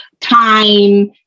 time